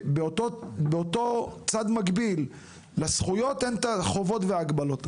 באותו צד מקביל לזכויות אין את החובות ולהגבלות,